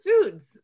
foods